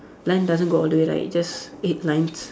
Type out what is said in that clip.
line doesn't go all the way right it's just eight lines